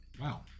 wow